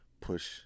push